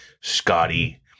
Scotty